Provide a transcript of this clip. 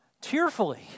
tearfully